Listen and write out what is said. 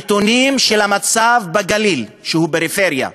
הנתונים על המצב בגליל, שהוא פריפריה,